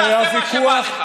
הרי הוויכוח,